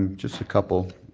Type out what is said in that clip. um just a couple.